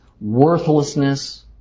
worthlessness